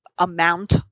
Amount